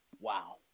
Wow